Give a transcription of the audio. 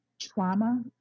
trauma